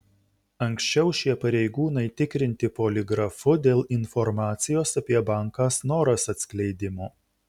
anksčiau šie pareigūnai tikrinti poligrafu dėl informacijos apie banką snoras atskleidimo